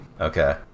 Okay